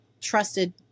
trusted